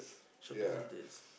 shopping centres